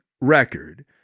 record